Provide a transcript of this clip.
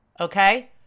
Okay